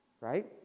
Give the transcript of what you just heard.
Right